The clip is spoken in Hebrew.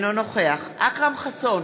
אינו נוכח אכרם חסון,